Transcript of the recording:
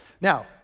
Now